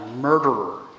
murderer